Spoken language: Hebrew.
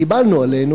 קיבלנו עלינו,